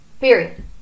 period